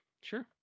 sure